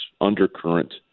undercurrent